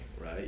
right